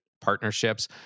Partnerships